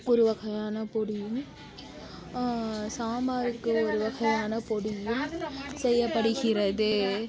ஒருவகையான பொடியும் சாம்பாருக்கு ஒருவகையான பொடியும் செய்யப்படுகிறது